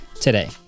today